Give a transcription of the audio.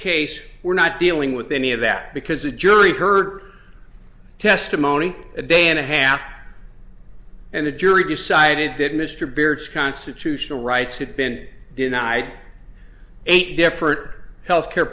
case we're not dealing with any of that because the jury heard testimony a day and a half and the jury decided that mr beard's constitutional rights had been denied eight deferred healthcare